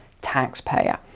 taxpayer